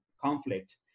conflict